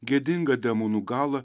gėdingą demonų galą